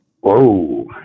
Whoa